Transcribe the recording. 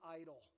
idol